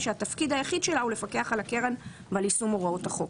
ושהתפקיד היחיד שלה הוא לפקח על הקרן ועל יישום הוראות החוק.